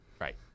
Right